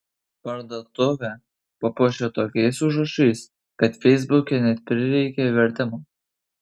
parduotuvę papuošė tokiais užrašais kad feisbuke net prireikė vertimo